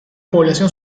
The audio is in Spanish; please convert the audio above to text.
población